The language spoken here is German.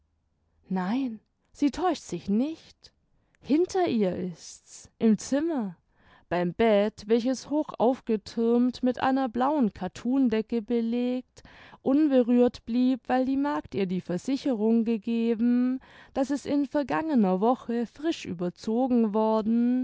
nein sie täuscht sich nicht hinter ihr ist's im zimmer beim bett welches hochaufgethürmt mit einer blauen kattundecke belegt unberührt blieb weil die magd ihr die versicherung gegeben daß es in vergangener woche frisch überzogen worden